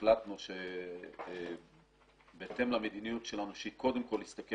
החלטנו בהתאם למדיניות שלנו שהיא קודם כול להסתכל